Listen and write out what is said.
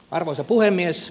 arvoisa puhemies